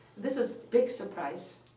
this is a big surprise.